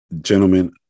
gentlemen